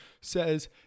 Says